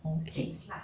okay